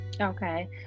okay